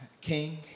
King